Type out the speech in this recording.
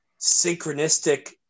synchronistic